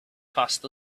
passed